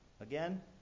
Again